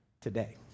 today